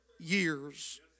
years